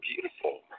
beautiful